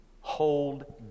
hold